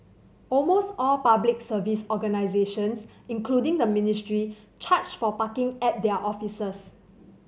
almost all Public Service organisations including the ministry charge for parking at their offices